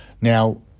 Now